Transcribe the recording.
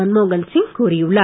மன்மோகன்சிங் கூறியுள்ளார்